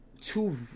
two